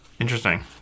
Interesting